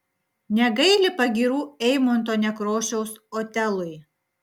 negaili pagyrų eimunto nekrošiaus otelui